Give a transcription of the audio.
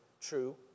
true